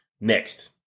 Next